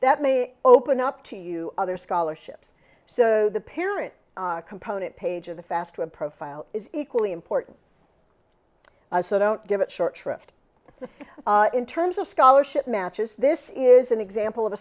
that may open up to you other scholarships so the parent component page of the fast with a profile is equally important so don't give it short shrift in terms of scholarship matches this is an example of a